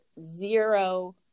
zero